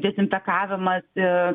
dezinfekavimas ir